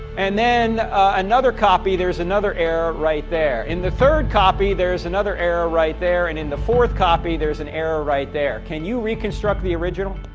and then on another copy, there's another error right there. in the third copy, there's another error right there. and in the fourth copy, there's an error right there. can you reconstruct the original?